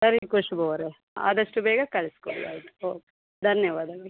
ಸರಿ ಕುಷ್ಬು ಅವರೇ ಆದಷ್ಟು ಬೇಗ ಕಳಿಸ್ಕೊಡಿ ಆಯಿತು ಓಕೆ ಧನ್ಯವಾದಗಳು